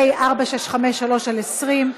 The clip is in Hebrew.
פ/4653/20,